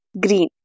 green